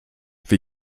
wie